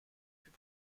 plus